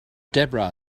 debra